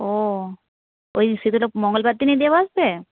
ও ওই শীতলা মঙ্গলবার দিনই দেব আসবে